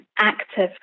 active